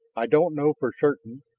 i don't know for certain,